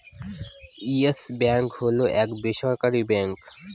yes Bank হল এক বেসরকারি ব্যাঙ্ক